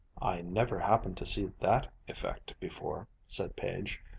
i never happened to see that effect before, said page.